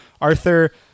Arthur